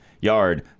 yard